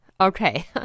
Okay